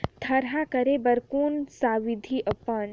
थरहा करे बर कौन सा विधि अपन?